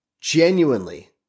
Genuinely